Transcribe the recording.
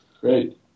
great